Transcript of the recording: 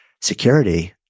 security